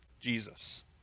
Jesus